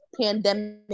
pandemic